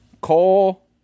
Cole